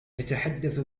يتحدث